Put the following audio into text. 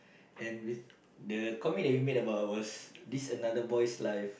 and it the comic that we made about was this another boy's life